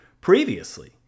previously